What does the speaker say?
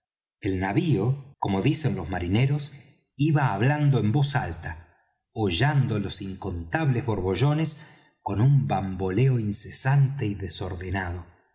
el navío como dicen los marineros iba hablando en voz alta hollando los incontables borbollones con un bamboleo incesante y desordenado